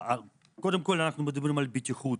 קודם כל אנחנו מדברים על בטיחות,